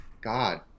God